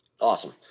Awesome